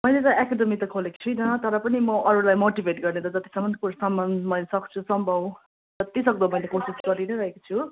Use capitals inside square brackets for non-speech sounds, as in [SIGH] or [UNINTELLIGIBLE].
मैले त एकाडेमी त खोलेको छुइनँ तर पनि म अरूलाई मोटिभेट गर्ने जतिसम्म सम्म [UNINTELLIGIBLE] सम्भव जति सक्दो मैले कोसिस गरिनै रहेको छु